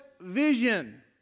vision